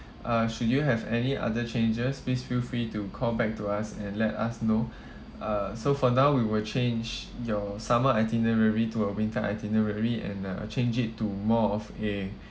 uh should you have any other changes please feel free to call back to us and let us know uh so for now we will change your summer itinerary to a winter itinerary and uh change it to more of a